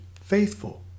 faithful